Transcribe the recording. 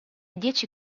dieci